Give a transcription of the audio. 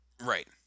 Right